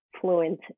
fluent